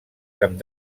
camp